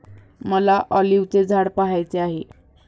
मला ऑलिव्हचे झाड पहायचे आहे